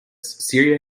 syria